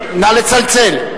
נא לצלצל.